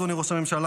אדוני ראש הממשלה,